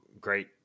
great